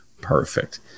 perfect